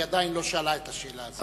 היא עדיין לא שאלה את השאלה הזאת.